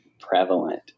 prevalent